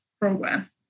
program